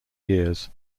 years